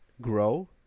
grow